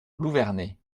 louverné